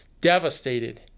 devastated